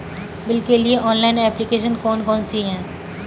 Bill के लिए online application कौन कौन सी हैं?